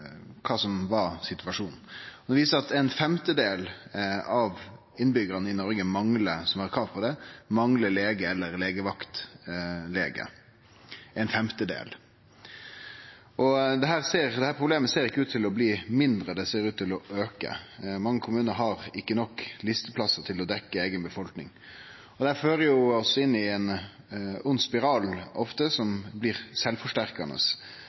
kva som var situasjonen. Det viser seg at ein femtedel av innbyggjarane i Noreg som har krav på det, manglar lege eller legevakt-lege – ein femtedel. Dette problemet ser ikkje ut til å bli mindre, det ser ut til å auke. Mange kommunar har ikkje nok listeplassar til å dekkje eiga befolkning. Dette fører oss inn i ein vond spiral som ofte blir sjølvforsterkande,